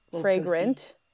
fragrant